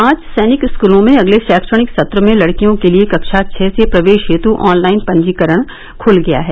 पांच सैनिक स्कूलों में अगले शैक्षणिक सत्र में लड़कियों के लिए कक्षा छह से प्रवेश हेत ऑनलाइन पंजीकरण खल गया है